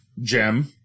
gem